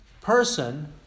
person